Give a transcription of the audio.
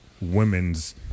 women's